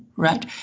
right